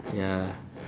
ya